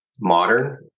modern